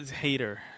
Hater